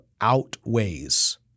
outweighs